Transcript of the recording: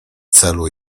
celu